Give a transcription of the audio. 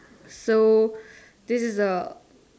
so this is a